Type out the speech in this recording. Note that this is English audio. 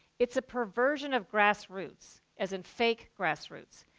it's a perversion of grassroots, as in fake grassroots.